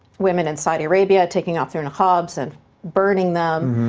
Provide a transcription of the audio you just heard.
women in saudi arabia taking off their niqabs and burning them.